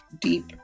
deep